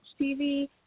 TV